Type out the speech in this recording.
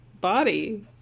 body